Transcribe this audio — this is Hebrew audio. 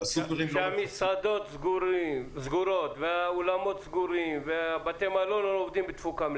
כשהמסעדות סגורות והאולמות סגורים ובתי המלון לא עובדים בתפוקה,